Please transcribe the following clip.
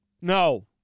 no